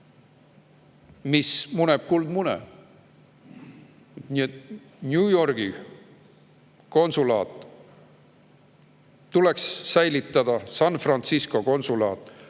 mis muneb kuldmune? New Yorgi konsulaat tuleks säilitada, San Francisco konsulaat